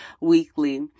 weekly